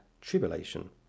tribulation